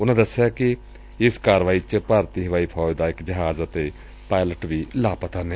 ਉਨੂਾਂ ਦਸਿਆ ਕਿ ਇਸ ਕਾਰਵਾਈ ਚ ਭਾਰਤੀ ਹਵਾਈ ਫੌਜ ਦਾ ਇਕ ਜਹਾਜ਼ ਅਤੇ ਪਾਇਲਟ ਵੀ ਲਾਪਤਾ ਨੇ